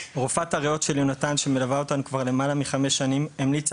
רופאת הריאות של יונתן שמלווה אותנו כבר למעלה מחמש שנים המליצה